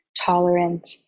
tolerant